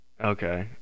Okay